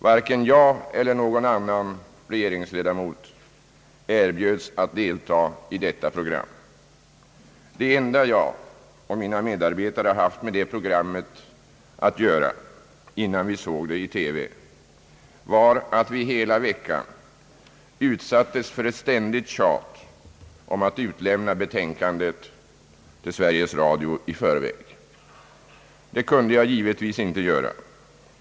Varken jag eller någon annan regeringsledamot erbjöds att delta i detta program. Det enda jag och mina medarbetare har haft att göra med det programmet innan vi såg det i TV var att vi hela veckan utsattes för ett ständigt tjat om att utlämna betänkandet till Sveriges Radio i förväg. Det kunde jag givetvis inte göra.